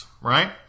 right